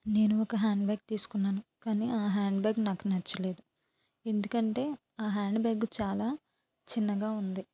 నేను ఒక హ్యాండ్బ్యాగ్ తీసుకున్నాను కాని హ్యాండ్బ్యాగ్ నాకు నచ్చలేదు ఎందుకంటే హ్యాండ్బ్యాగు చాలా చిన్నగా ఉంది